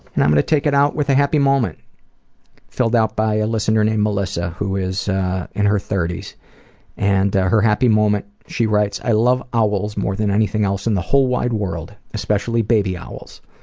and i'm gonna take it out with a happy moment filled out by a listener named melissa who is in her thirty and her happy moment, she writes, i love owls more than anything else in the whole wide world, especially baby owls.